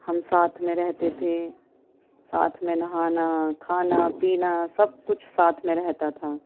ہم ساتھ میں رہتے تھے ساتھ میں نہانا کھانا پینا سب کچھ ساتھ میں رہتا تھا